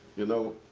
you know